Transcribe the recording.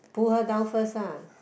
pull her down first lah